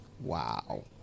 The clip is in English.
wow